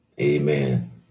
Amen